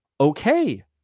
Okay